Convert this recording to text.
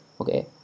Okay